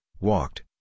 walked